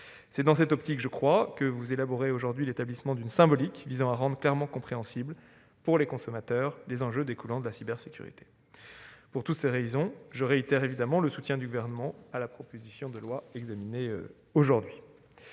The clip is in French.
C'est dans cette optique que vous proposez aujourd'hui l'établissement d'une symbolique visant à rendre clairement compréhensibles, pour les consommateurs, les enjeux découlant de la cybersécurité. Pour toutes ces raisons, je réitère évidemment le soutien du Gouvernement à la proposition de loi examinée aujourd'hui.